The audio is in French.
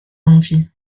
envie